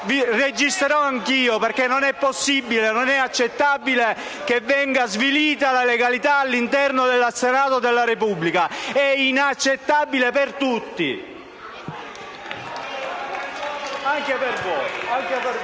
i video anch'io, perché non è possibile e non è accettabile che venga svilita la legalità all'interno dell'Aula del Senato della Repubblica. È inaccettabile per tutti. Anche per voi.